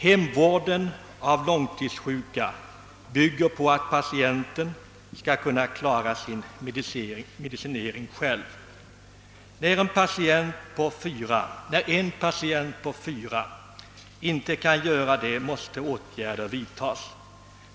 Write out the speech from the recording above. Hemvården av långtidssjuka bygger på att patienten skall kunna klara sin medicinering själv. När en patient av fyra inte kan göra detta måste åtgärder vidtas.